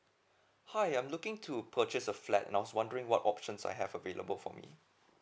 hi I'm looking to purchase a flat now's wondering what options I have available for me